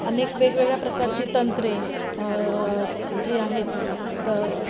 अनेक वेगवेगळ्या प्रकारचे तंत्रे जे आहेत तर